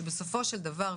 שבסופו של דבר,